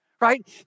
right